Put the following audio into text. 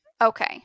Okay